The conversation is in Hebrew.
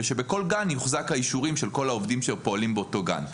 ושבכל גן יוחזקו האישורים של כל העובדים שפועלים באותו גן.